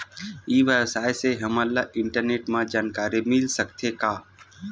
ई व्यवसाय से हमन ला इंटरनेट मा जानकारी मिल सकथे का?